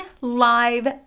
live